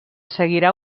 seguirà